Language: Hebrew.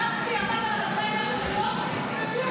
גפני עמד על הרגליים האחריות וכולכם